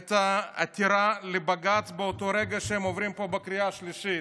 את העתירה לבג"ץ באותו רגע שהם עוברים פה בקריאה השלישית.